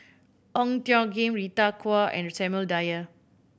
Ong Tjoe Kim Rita Chao and Samuel Dyer